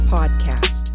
Podcast